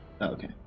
Okay